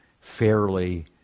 fairly